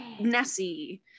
Nessie